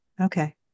Okay